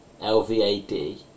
LVAD